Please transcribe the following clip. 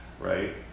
Right